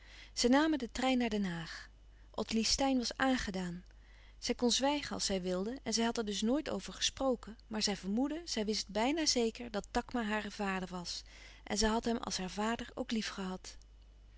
zij namen den trein naar den haag ottilie steyn was aangedaan zij kon zwijgen als zij wilde en zij had er dus nooit over gesproken maar zij vermoedde zij wist bijna zeker dat takma haar vader was en zij had hem als haar vader ook